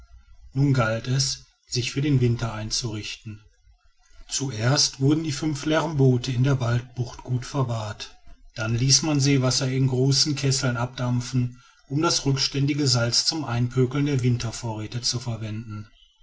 nun galt es sich für den winter einzurichten zuerst wurden die fünf leeren boote in der waldbucht gut verwahrt dann ließ man seewasser in großen kesseln abdampfen um das rückständige salz zum einpökeln der wintervorräte zu verwenden